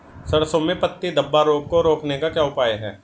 सरसों में पत्ती धब्बा रोग को रोकने का क्या उपाय है?